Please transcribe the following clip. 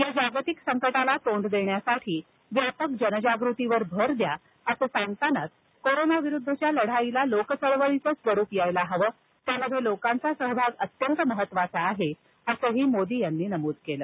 या जागतिक संकटाला तोंड देताना व्यापक जनजागृतीवर भर द्या असं सांगतानाच कोरोनाविरुद्धच्या लढाईला लोकचळवळीचं स्वरूप यायला हवं यात लोकांचा सहभाग महत्त्वाचा आहे असं मोदी यांनी नमूद केलं